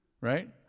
Right